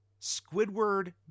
Squidward